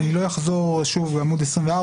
בעמוד 24,